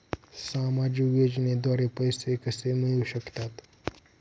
सामाजिक योजनेद्वारे पैसे कसे मिळू शकतात?